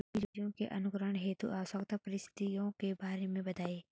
बीजों के अंकुरण हेतु आवश्यक परिस्थितियों के बारे में बताइए